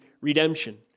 redemption